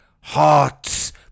Hearts